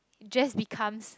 just becomes